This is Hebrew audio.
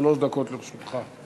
שלוש דקות לרשותך.